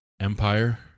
empire